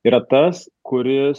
yra tas kuris